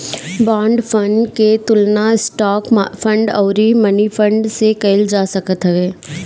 bond fund के तुलना stock fund अउरी मनीफंड से कईल जा सकत हवे